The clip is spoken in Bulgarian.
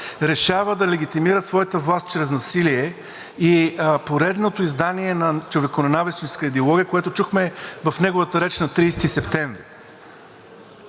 решава да легитимира своята власт чрез насилие и поредното издание на човеконенавистническа идеология, което чухме в неговата реч на 30 септември.